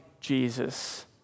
Jesus